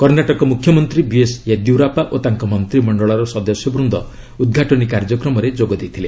କର୍ଷ୍ଣାଟକ ମୁଖ୍ୟମନ୍ତ୍ରୀ ବିଏସ୍ ୟେଦିୟୁରାପା ଓ ତାଙ୍କ ମନ୍ତ୍ରିମଣ୍ଡଳର ସଦସ୍ୟ ବୃନ୍ଦ ଉଦ୍ଘାଟନୀ କାର୍ଯ୍ୟକ୍ରମରେ ଯୋଗ ଦେଇଥିଲେ